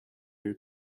are